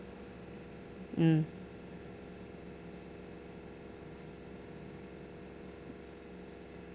mm